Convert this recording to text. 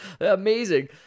Amazing